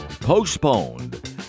postponed